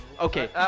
Okay